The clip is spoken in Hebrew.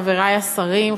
חברי השרים,